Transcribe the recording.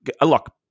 Look